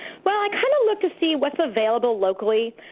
but i kind of look to see what's available locally.